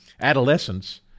adolescence